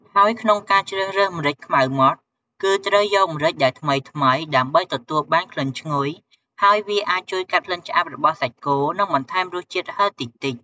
ហើយក្នុងការជ្រើសរើសម្រេចខ្មៅម៉ដ្ឋ គឺត្រូវយកម្រេចដែលថ្មីៗ ដើម្បីទទួលបានក្លិនឈ្ងុយ ហើយវាអាចជួយកាត់ក្លិនឆ្អាបរបស់សាច់គោ និងបន្ថែមរសជាតិហឹរតិចៗ។។